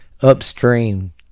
upstream